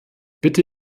bitte